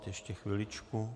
Ještě chviličku.